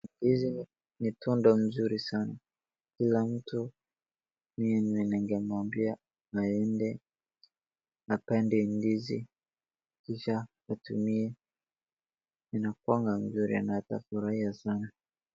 Hizi ni, ni tunda mzuri sana. Kila mtu mimi ningemwanbia aende apande ndizi kisha atumie, zinakuanga nzuri na atafurahia sana.